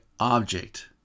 object